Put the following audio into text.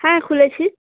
হ্যাঁ খুলেছি